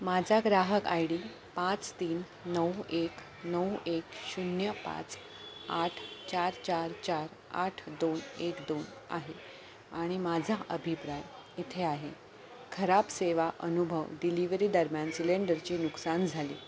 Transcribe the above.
माझा ग्राहक I D पाच तीन नऊ एक नऊ एक शून्य पाच आठ चार चार चार आठ दोन एक दोन आहे आणि माझा अभिप्राय इथे आहे खराब सेवा अनुभव डिलिव्हरी दरम्यान सिलेंडरची नुकसान झाले